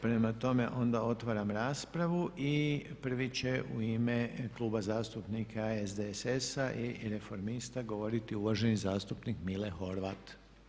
Prema tome, otvaram raspravu i prvi će u ime Kluba zastupnika SDSS-a i Reformista govoriti uvaženi zastupnik Mile Horvat.